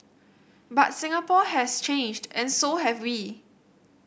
but Singapore has changed and so have we